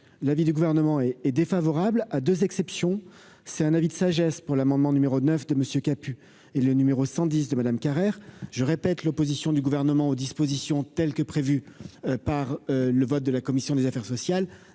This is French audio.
l'avis du gouvernement, et est défavorable à 2 exceptions, c'est un avis de sagesse pour l'amendement numéro 9 de monsieur pu et le numéro 110 de Madame Carrère je répète l'opposition du gouvernement aux dispositions telle que prévue par le vote de la commission des affaires sociales,